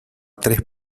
tres